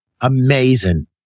Amazing